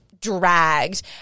dragged